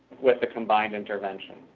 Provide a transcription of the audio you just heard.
with the combined intervention.